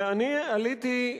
ואני עליתי,